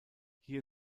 hier